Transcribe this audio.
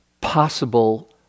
possible